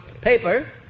paper